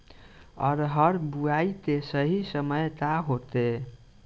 अरहर बुआई के सही समय का होखे?